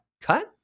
cut